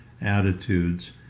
attitudes